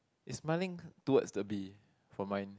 is smiling towards the bee for mine